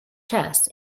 chess